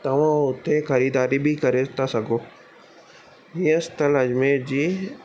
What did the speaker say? तव्हां उते ख़रीदारी बि करे था सघो ये स्थल अजमेर जी